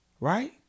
Right